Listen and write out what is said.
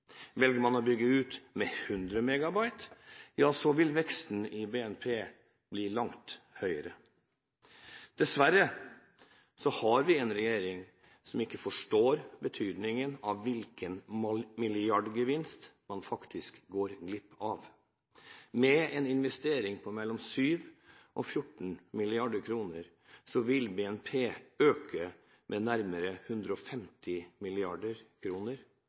Velger man å bygge ut med 100 megabit per sekund, vil veksten i BNP bli langt høyere. Dessverre har vi en regjering som ikke forstår betydningen av hvilken milliardgevinst man faktisk går glipp av. Med en investering på mellom 7 mrd. kr og 14 mrd. kr, vil BNP øke med nærmere 150